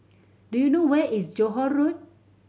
do you know where is Johore Road